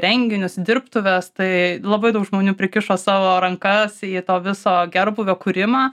įrenginius dirbtuves tai labai daug žmonių prikišo savo rankas į to viso gerbūvio kūrimą